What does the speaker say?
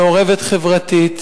היא מעורבת חברתית,